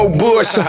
bush